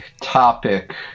topic